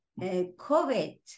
COVID